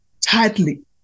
tightly